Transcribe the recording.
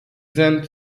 sind